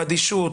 אדישות,